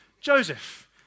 Joseph